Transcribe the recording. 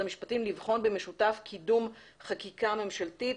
המשפטים לבחון במשותף קידום חקיקה ממשלתית